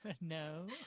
No